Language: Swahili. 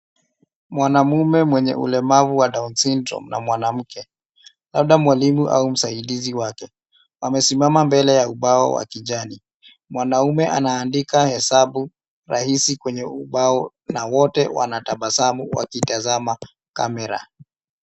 Mwanamume mwenye ulemavu wa down syndrome na mwanamke, labda mwalimu au msaidizi wake, wamesimama mbele ya ubao wa kijani. Mwanaume anaandika hesabu rahisi kwenye ubao na wote wanatabasamu wakitazama kamera.